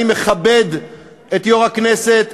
אני מכבד את יושב-ראש הכנסת,